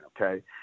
okay